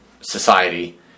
society